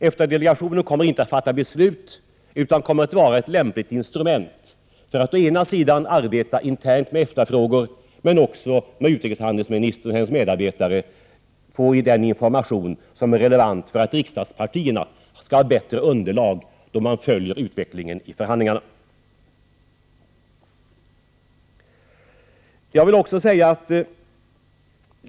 EFTA-delegationen kommer inte att fatta beslut, utan den kommer att vara ett lämpligt instrument för att arbeta internt med EFTA-frågor och från utrikeshandelsministern och hennes medarbetare få den information som är relevant för att riksdagspartierna skall ha bättre underlag då de följer utvecklingen i förhandlingarna.